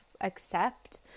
accept